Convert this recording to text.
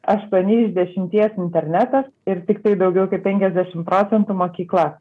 aštuoni iš dešimties internetas ir tiktai daugiau kaip penkiasdešim procentų mokykla